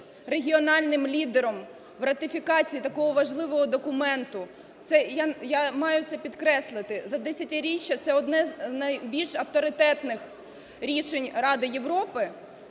регіональним лідером в ратифікації такого важливого документу, я маю це підкреслити, за десятиріччя це одне з найбільш авторитетних рішень Ради Європи,